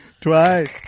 Twice